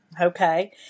Okay